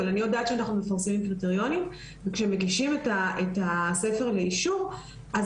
אבל אני יודעת שאנחנו מפרסמים קריטריונים וכשמגישים את הספר לאישור אז